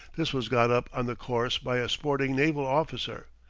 this was got up on the course by a sporting naval officer.